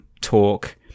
talk